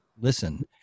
Listen